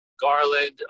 Garland